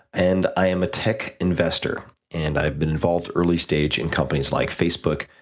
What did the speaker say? and, i am a tech investor and i have been involved early stage in companies like facebook,